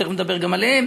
תכף נדבר עליהם,